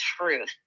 truth